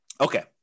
Okay